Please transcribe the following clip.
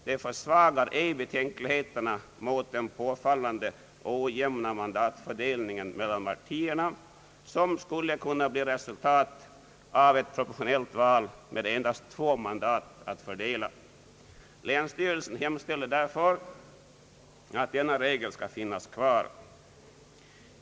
Det försvagar ej betänkligheterna mot den påfallande ojämna mandatfördelning mellan partierna som skulle kunna bli resultatet av ett proportionellt val med endast två mandat att fördela. Länsstyrelsen hemställer därför att denna regel skall finnas kvar.